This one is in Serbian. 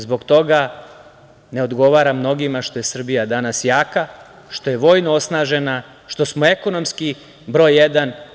Zbog toga ne odgovara mnogima što je Srbija danas jaka, što je vojno osnažena, što smo ekonomski broj jedan.